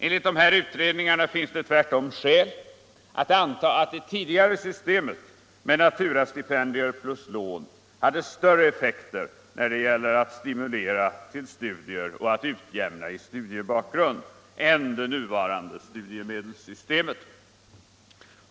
Enligt utredningarna finns det tvärtom skäl att anta att det tidigare systemet med naturastipendier plus lån hade större effekter än det nuvarande studiemedelssystemet när det gäller att stimulera till studier och att utjämna olika förutsättningar i fråga om studiebakgrund.